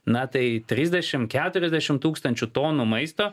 na tai trisdešimt keturiasdešimt tūkstančių tonų maisto